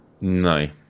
no